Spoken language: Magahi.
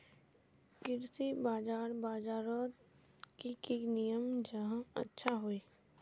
कृषि बाजार बजारोत की की नियम जाहा अच्छा हाई?